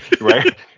right